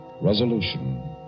Resolution